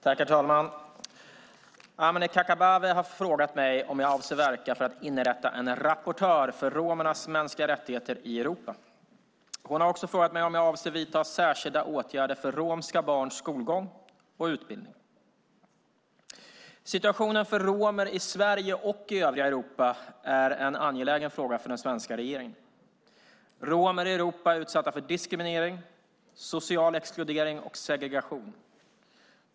Herr talman! Amineh Kakabaveh har frågat mig om jag avser att verka för att inrätta en rapportör för romernas mänskliga rättigheter i Europa. Hon har också frågat mig om jag avser att vidta särskilda åtgärder för romska barns skolgång och utbildning. Situationen för romer i Sverige och övriga Europa är en angelägen fråga för den svenska regeringen. Romer i Europa är utsatta för diskriminering, social exkludering och segregation.